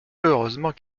heureusement